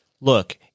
look